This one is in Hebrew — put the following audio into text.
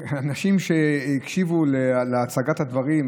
אנשים שהקשיבו להצגת הדברים,